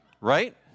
right